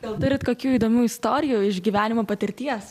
gal turit kokių įdomių istorijų išgyvenimo patirties